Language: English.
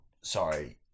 Sorry